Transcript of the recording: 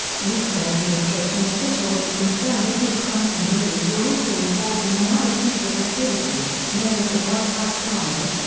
nixon administration officials were concerned because hunt and liddy were also involved in another secret activity, known as the white house plumbers,